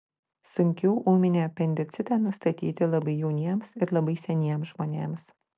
sunkiau ūminį apendicitą nustatyti labai jauniems ir labai seniems žmonėms